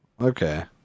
Okay